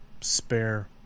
spare